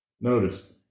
Notice